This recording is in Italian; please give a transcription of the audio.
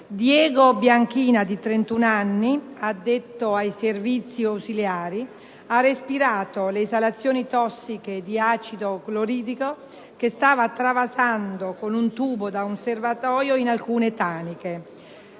Diego Bianchina, di 31 anni, addetto ai servizi ausiliari, ha respirato le esalazioni tossiche di acido cloridrico che stava travasando con un tubo da un serbatoio in alcune taniche.